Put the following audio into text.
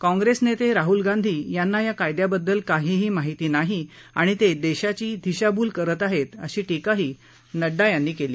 काँग्रेस नेते राहुल गांधी यांना या कायद्याबद्दल काहिही माहिती नाही आणि ते देशाची दिशाभूल करत आहेत अशी धिक्राही नड्डा यांनी केली